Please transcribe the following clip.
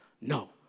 No